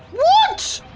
what